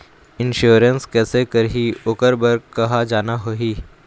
Insurance कैसे करही, ओकर बर कहा जाना होही?